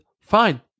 fine